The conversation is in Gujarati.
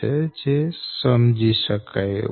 જે સમજી શકાય એવું છે